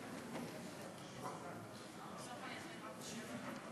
אני פה 24 שנים,